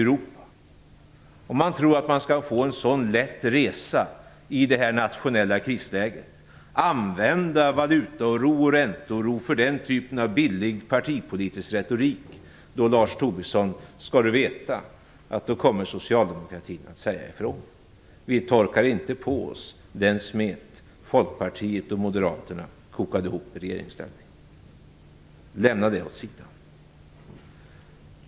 Om Lars Tobisson tror att de skall få en så lätt resa i detta nationella krisläge och använda valutaoro och ränteoro för den typen av billig partipolitisk retorik, då skall han veta att socialdemokratin kommer att säga ifrån. Vi torkar inte på oss den smet Folkpartiet och Moderaterna kokade ihop i regeringsställning. Vi lämnar den åt sidan.